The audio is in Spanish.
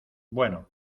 bueno